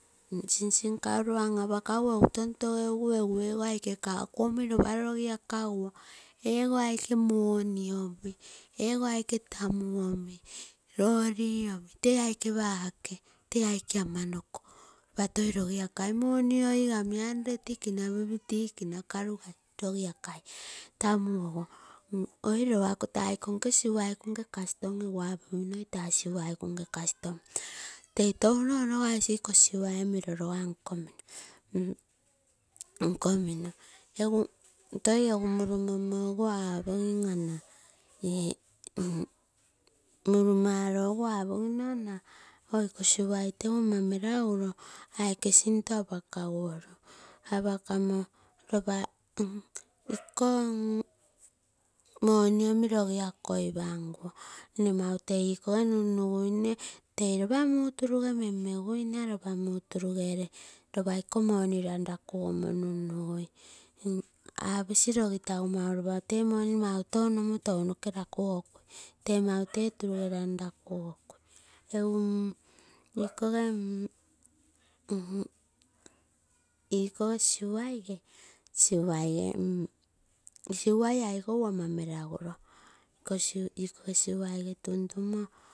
Singsing kaul egu tontogeugu egu ee aike kaku omi ropa rogiakaguo, ego aike tamuu omi, loin omi tee aike amanoko ropa toi logiakai money oigami hundred kina, fifty kina, rogiakai tamu ogo oiro akoo taa eikonke siwaikuu custom egu apominoi egu apomino taa siwaiku nke custom tei touno onapasi ikoo siwai mino noga nkomino. Toi egu murumong egu apogim ana oi ikoo siwai tegu ama meraguroo aike sinto apakaguoro apakamo ropa ikoo money mani rogi akoi panguo. Nnemautei igiko nun nuguine ropa muu turuge mem meguina, ropa ikoo money ranralekoro nun nunugui. Aposi rogitagu mautou nomu money noke rakugokui, tee mautee turuge nan rakugoi kai. Egu igikoge mmm igikoge siwai gee siwai aigou ama meraguro igikoge siwaige tuntumo.